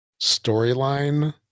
storyline